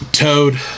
Toad